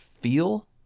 feel